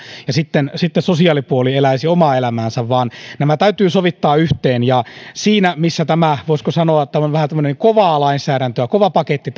ja sitten sitten sosiaalipuoli eläisi omaa elämäänsä vaan nämä täytyy sovittaa yhteen siinä missä tämä nykyinen hallituksen esitys on voisiko sanoa vähän tämmöistä kovaa lainsäädäntöä kova paketti